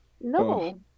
No